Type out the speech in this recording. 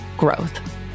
growth